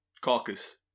Caucus